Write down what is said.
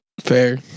fair